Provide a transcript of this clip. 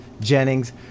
Jennings